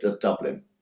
Dublin